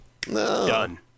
done